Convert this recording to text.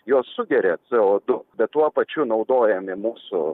jos sugeria co du bet tuo pačiu naudojami mūsų